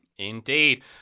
Indeed